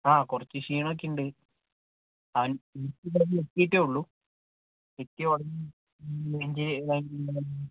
ആ കുറച്ച് ക്ഷീണമൊക്കെയുണ്ട് അവൻ വീട്ടിലാണെങ്കിൽ എത്തീട്ടെയുള്ളൂ എത്തിയ ഉടനെ നെഞ്ച്